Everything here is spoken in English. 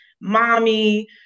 mommy